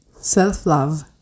self-love